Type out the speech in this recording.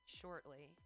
shortly